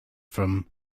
from